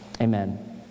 Amen